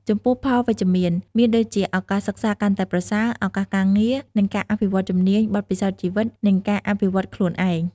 ចំពោះផលវិជ្ជមាន មានដូចជាឱកាសសិក្សាកាន់តែប្រសើរ ឱកាសការងារ និងការអភិវឌ្ឍន៍ជំនាញ ,បទពិសោធន៍ជីវិត និងការអភិវឌ្ឍន៍ខ្លួនឯង។